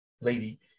lady